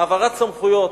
העברת סמכויות,